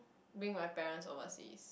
bring my parent overseas